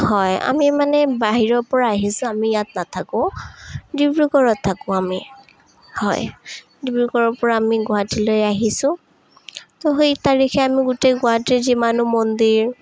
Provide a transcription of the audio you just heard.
হয় আমি মানে বাহিৰৰপৰা আহিছোঁ আমি ইয়াত নাথাকোঁ ডিব্ৰুগড়ত থাকোঁ আমি হয় ডিব্ৰুগড়ৰপৰা আমি গুৱাহাটীলৈ আহিছোঁ তো সেই তাৰিখে আমি গোটেই গুৱাহাটীৰ যিমানবোৰ মন্দিৰ